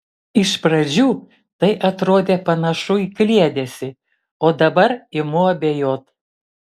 iš pradžių tai atrodė panašu į kliedesį o dabar imu abejot